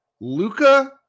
Luca